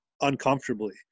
uncomfortably